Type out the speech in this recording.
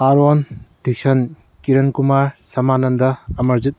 Aaron Dixon Kiran Kumar ꯁꯃꯥꯅꯟꯗꯥ ꯑꯃꯔꯖꯤꯠ